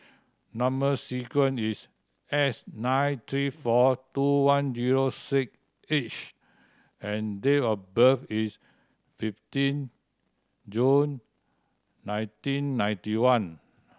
number sequence is S nine three four two one zero six H and date of birth is fifteen June nineteen ninety one